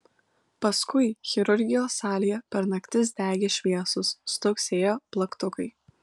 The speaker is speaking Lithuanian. paskui chirurgijos salėje per naktis degė šviesos stuksėjo plaktukai